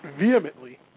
vehemently